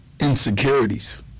insecurities